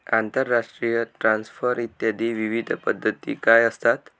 आंतरराष्ट्रीय ट्रान्सफर इत्यादी विविध पद्धती काय असतात?